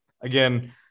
again